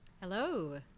Hello